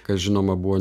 kas žinoma buvo